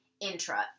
intra